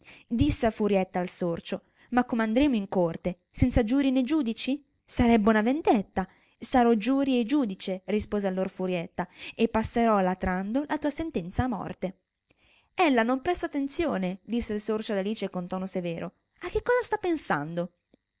disse a furietta il sorcio ma come andremo in corte senza giurì nè giudici sarebbe una vendetta sarò giurì e giudice rispose allor furietta e passerò latrando la tua sentenza a morte ella non presta attenzione disse il sorcio ad alice con tuono severo a che cosa sta pensando